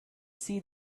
see